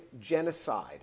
genocide